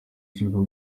cy’uko